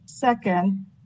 SECOND